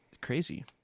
Crazy